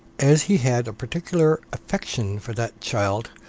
as he had a particular affection for that child,